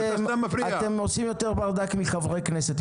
אתם עושים יותר ברדק מחברי כנסת.